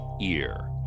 ear